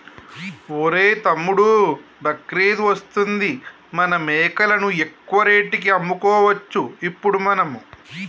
ఒరేయ్ తమ్ముడు బక్రీద్ వస్తుంది మన మేకలను ఎక్కువ రేటుకి అమ్ముకోవచ్చు ఇప్పుడు మనము